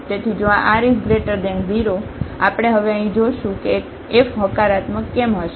તેથી જો આ r 0 આપણે હવે અહીં જોશું કે એફ હકારાત્મક કેમ હશે